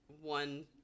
one